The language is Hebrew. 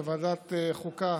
בוועדת החוקה,